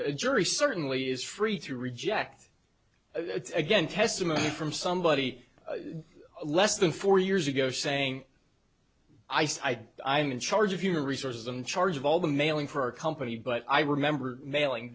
the jury certainly is free to reject again testimony from somebody less than four years ago saying i sigh i'm in charge of human resources in charge of all the mailing for our company but i remember mailing